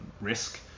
risk